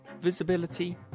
Visibility